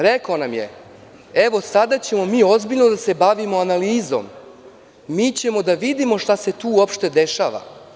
Rekao nam je – evo, sada ćemo mi ozbiljno da se bavimo analizom, mi ćemo da vidimo šta se tu uopšte dešava.